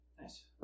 Nice